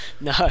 No